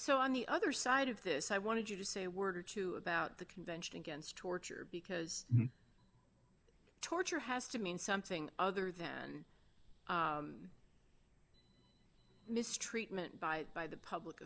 so on the other side of this i wanted you to say a word or two about the convention against torture because torture has to mean something other than mistreatment by by the public